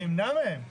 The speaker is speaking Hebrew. זה ימנע מהן.